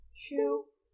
chew